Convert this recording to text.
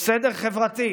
"סדר חברתי",